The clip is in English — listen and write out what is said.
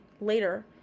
later